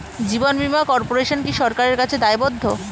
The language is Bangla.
জীবন বীমা কর্পোরেশন কি সরকারের কাছে দায়বদ্ধ?